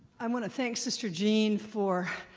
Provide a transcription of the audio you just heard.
i'm want to thank sister jean for